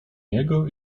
niego